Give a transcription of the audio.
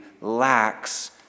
lacks